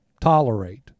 tolerate